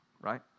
right